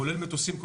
כולל מטוסים.